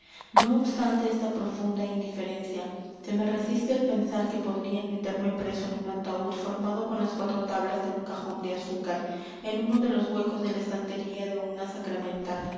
no obstante esta profunda indiferencia se me resiste el pensar que podrían meterme preso en un ataúd formado con las cuatro tablas de un cajón de azúcar en uno de los huecos de la estantería de una sacramental